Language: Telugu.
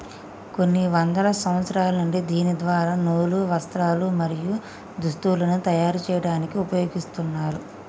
కొన్ని వందల సంవత్సరాల నుండి దీని ద్వార నూలు, వస్త్రాలు, మరియు దుస్తులను తయరు చేయాడానికి ఉపయోగిస్తున్నారు